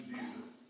Jesus